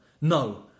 No